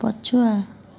ପଛୁଆ